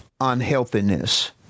unhealthiness